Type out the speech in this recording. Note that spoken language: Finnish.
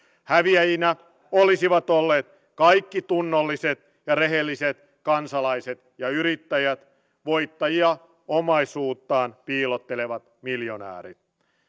häviäjinä olisivat olleet kaikki tunnolliset ja rehelliset kansalaiset ja yrittäjät voittajina omaisuuttaan piilottelevat miljonäärit